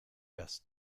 das